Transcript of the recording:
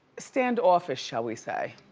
standoffish, shall we say.